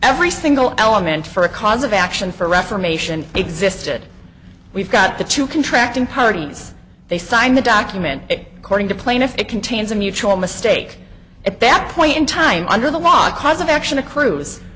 every single element for a cause of action for reformation existed we've got the two contract in parties they signed the document it according to plaintiff it contains a mutual mistake at that point in time under the law cause of action accru